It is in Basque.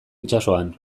itsasoan